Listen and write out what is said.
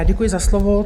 Děkuji za slovo.